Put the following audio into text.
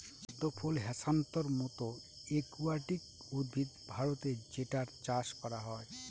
পদ্ম ফুল হ্যাছান্থর মতো একুয়াটিক উদ্ভিদ ভারতে যেটার চাষ করা হয়